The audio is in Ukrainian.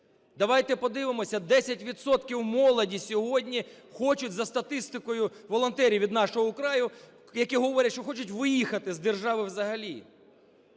Давайте подивимося, 10 відсотків молоді сьогодні хочуть, за статистикою волонтерів від "Нашого краю", які говорять, що хочуть виїхати з держави взагалі.